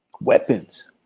weapons